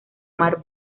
mar